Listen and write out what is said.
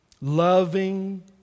loving